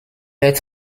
est